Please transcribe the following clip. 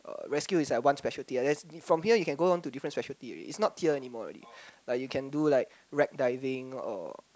uh rescue is like one ah that's from here you can go on to different specialty already it's not tier anymore already like you can do like wreck diving or